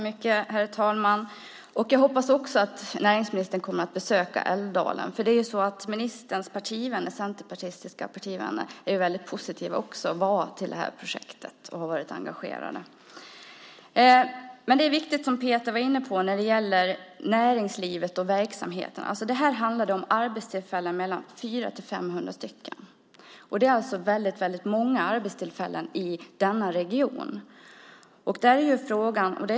Herr talman! Jag hoppas också att näringsministern kommer att besöka Älvdalen. Ministerns centerpartistiska partivänner har också varit väldigt positiva till projektet och har varit engagerade. Denna fråga är viktig för näringslivet. Det handlar här om mellan 400 och 500 arbetstillfällen. Det är alltså väldigt många arbetstillfällen i denna region.